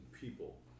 people